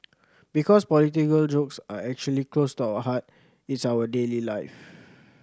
because political jokes are actually close to our heart it's our daily life